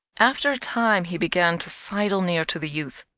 after a time he began to sidle near to the youth,